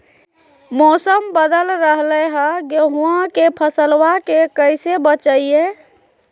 मौसम बदल रहलै है गेहूँआ के फसलबा के कैसे बचैये?